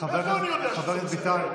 אני הייתי במזנון.